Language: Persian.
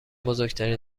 بزرگترین